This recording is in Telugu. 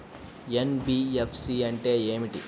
ఎన్.బీ.ఎఫ్.సి అంటే ఏమిటి?